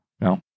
No